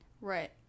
right